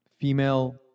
Female